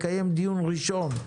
לקיים דיון ראשון,